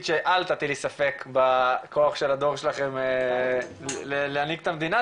שאל תטילי ספק בכוח של הדור שלכם להנהיג את המדינה,